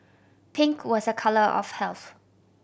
pink was a colour of health